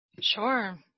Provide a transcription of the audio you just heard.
Sure